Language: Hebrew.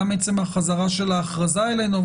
גם עצם החזרה של ההכרזה אלינו,